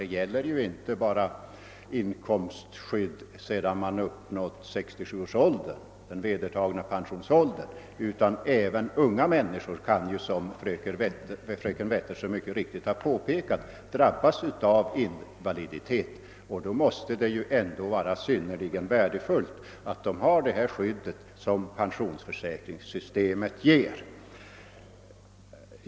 Det gäller ju inte bara inkomstskyddet sedan man har uppnått 67 års ålder — den vedertagna pensionsåldern — utan även unga människor kan ju, som fröken Wetterström mycket riktigt påpekade, drabbas av invaliditet. Då måste det ju vara synnerligen värdefullt att de har det skydd som pensionsförsäkringssystemet ger.